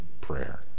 prayer